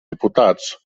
diputats